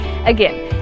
Again